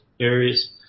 areas